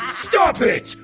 stop it!